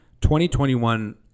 2021